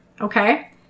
Okay